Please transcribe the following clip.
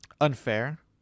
Unfair